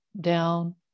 down